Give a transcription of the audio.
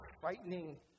frightening